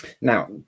Now